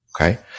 Okay